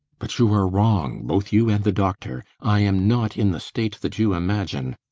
but you are wrong, both you and the doctor. i am not in the state that you imagine.